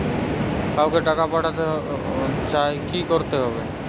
কাউকে টাকা পাঠাতে চাই কি করতে হবে?